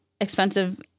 expensive